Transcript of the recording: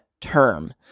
term